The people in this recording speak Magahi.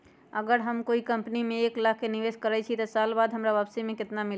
अगर हम कोई कंपनी में एक लाख के निवेस करईछी त एक साल बाद हमरा वापसी में केतना मिली?